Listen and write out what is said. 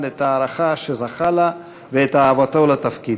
את ההערכה שזכה לה ואת אהבתו לתפקיד.